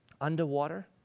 Underwater